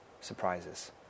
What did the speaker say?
surprises